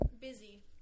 Busy